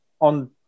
on